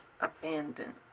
abandoned